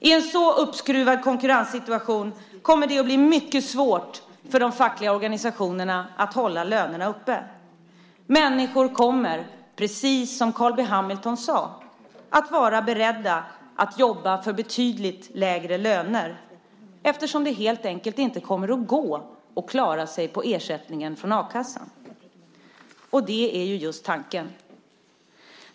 I en så uppskruvad konkurrenssituation kommer det att bli mycket svårt för de fackliga organisationerna att hålla lönerna uppe. Människor kommer, precis som Carl B Hamilton sade, att vara beredda att jobba för betydligt lägre löner eftersom det helt enkelt inte kommer att gå att klara sig på ersättningen från a-kassan. Det är just tanken.